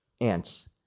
ants